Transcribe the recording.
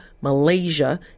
Malaysia